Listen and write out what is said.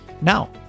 now